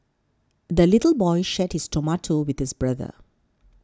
the little boy shared his tomato with his brother